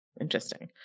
Interesting